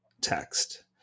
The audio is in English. text